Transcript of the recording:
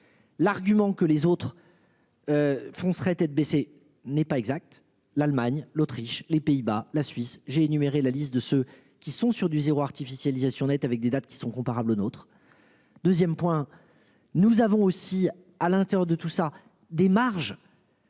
L'argument que les autres. Font serait tête baissée, n'est pas exact. L'Allemagne, l'Autriche, les Pays-Bas, la Suisse j'ai énuméré la liste de ceux qui sont sur du zéro artificialisation nette avec des dates qui sont comparables aux nôtres. 2ème point. Nous avons aussi à l'intérieur de tout ça des marges.